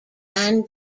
can